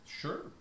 Sure